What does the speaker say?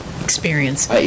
experience